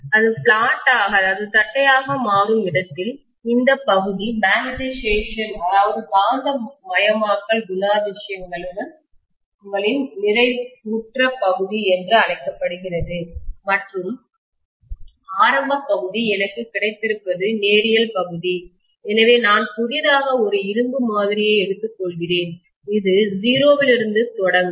அது flat ஆக தட்டையாக மாறும் இடத்தில் இந்த பகுதி மேக்னட்டைசேஷன் காந்தமயமாக்கல் குணாதிசயங்களின் நிறைவுற்ற பகுதி என்று அழைக்கப்படுகிறது மற்றும் ஆரம்ப பகுதி எனக்கு கிடைத்திருப்பது நேரியல் பகுதி எனவே நான் புதிதாக ஒரு இரும்பு மாதிரியை எடுத்துக்கொள்கிறேன் இது 0 இலிருந்து தொடங்கும்